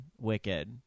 Wicked